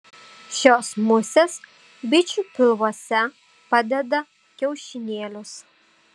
šios musės bičių pilvuose padeda kiaušinėlius